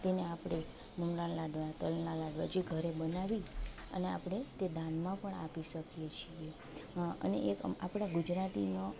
તેને આપણે મૂલના લાડવા તલના લાડવા જે ઘરે બનાવી અને આપણે તે દાનમાં પણ આપી શકીએ છીએ અને એક આપણા ગુજરાતીનો